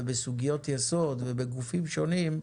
בסוגיות יסוד ובגופים שונים,